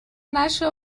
نشه